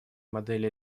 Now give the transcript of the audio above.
модели